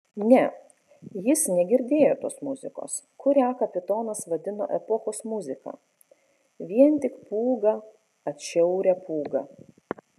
ne jis negirdėjo tos muzikos kurią kapitonas vadino epochos muzika vien tik pūgą atšiaurią pūgą